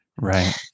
Right